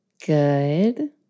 Good